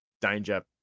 Danger